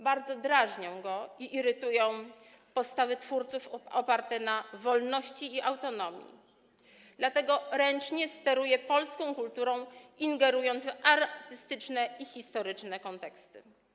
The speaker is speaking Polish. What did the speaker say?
Bardzo drażnią go i irytują postawy twórców oparte na wolności i autonomii, dlatego ręcznie steruje polską kulturą, ingerując w artystyczne i historyczne konteksty.